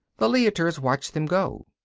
the leiters watched them go.